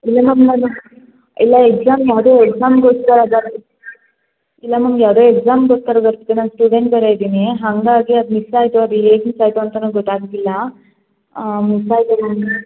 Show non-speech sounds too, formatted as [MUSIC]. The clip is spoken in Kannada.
ಇಲ್ಲ [UNINTELLIGIBLE] ಇಲ್ಲ ಎಕ್ಸಾಮ್ ಯಾವುದೋ ಎಕ್ಸಾಮಿಗೋಸ್ಕರ [UNINTELLIGIBLE] ಇಲ್ಲ ಮ್ಯಾಮ್ ಯಾವುದೋ ಎಕ್ಸಾಮಿಗೋಸ್ಕರ ಬರ್ತಿದ್ದೆ ಮ್ಯಾಮ್ ಸ್ಟೂಡೆಂಟ್ ಥರ ಇದ್ದೀನಿ ಹಾಗಾಗಿ ಅದು ಮಿಸ್ ಆಯಿತು ಅದು ಹೇಗ್ ಮಿಸ್ ಆಯಿತು ಅಂತ ನಂಗೆ ಗೊತ್ತಾಗ್ಲಿಲ್ಲ ಮಿಸ್ ಆಗಿದೆ [UNINTELLIGIBLE]